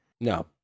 No